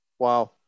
Wow